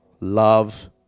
Love